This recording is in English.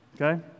Okay